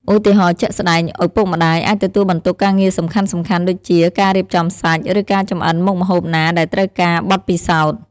ឧទាហរណ៍ជាក់ស្ដែង ឪពុកម្ដាយ អាចទទួលបន្ទុកការងារសំខាន់ៗដូចជា ការរៀបចំសាច់ ឬការចម្អិនមុខម្ហូបណាដែលត្រូវការបទពិសោធន៍ ។